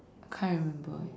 I can't remember eh